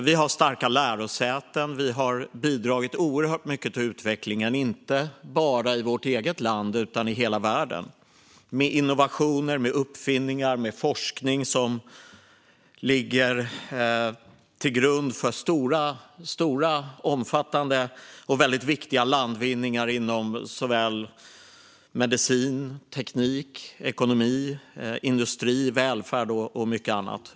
Det finns starka lärosäten, och de har bidragit oerhört mycket till utvecklingen, inte bara i vårt eget land utan i hela världen, med innovationer, uppfinningar och forskning, som ligger till grund för stora, omfattande och viktiga landvinningar inom medicin, teknik, ekonomi, industri, välfärd och mycket annat.